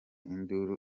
induru